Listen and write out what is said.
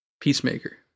Peacemaker